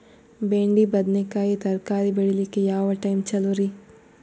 ಬೆಂಡಿ ಬದನೆಕಾಯಿ ತರಕಾರಿ ಬೇಳಿಲಿಕ್ಕೆ ಯಾವ ಟೈಮ್ ಚಲೋರಿ?